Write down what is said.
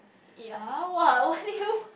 ya what what do you